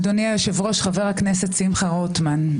אדוני היושב-ראש חבר הכנסת שמחה רוטמן,